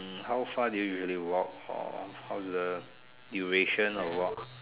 hmm how far do you usually walk or how's the duration of walk